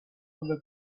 other